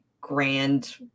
grand